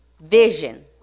vision